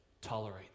tolerate